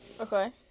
Okay